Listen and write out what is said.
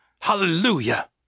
Hallelujah